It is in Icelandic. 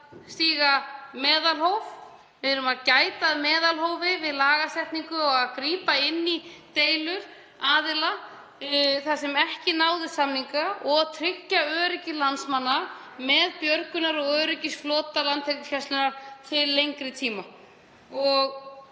sýna meðalhóf. Við erum að gæta að meðalhófi við lagasetningu og að grípa inn í deilur aðila þar sem ekki náðust samningar og að tryggja öryggi landsmanna með björgunar- og öryggisflota Landhelgisgæslunnar til lengri tíma.